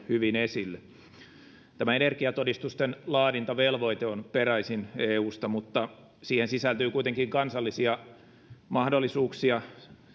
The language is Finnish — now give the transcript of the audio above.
hyvin esille energiatodistusten laadintavelvoite on peräisin eusta mutta siihen sisältyy kuitenkin kansallisia mahdollisuuksia